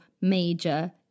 major